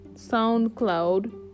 soundcloud